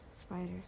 Spiders